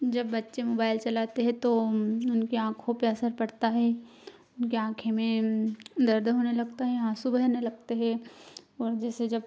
जब बच्चे मोबाइल चलाते हैं तो उनके आँखों पर असर पड़ता है उनके आँखें में दर्द होने लगता है आँसू बहने लगते हे और जैसे जब